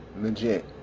legit